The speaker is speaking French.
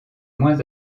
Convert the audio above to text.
moins